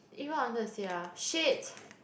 eh what I wanted to say ah shit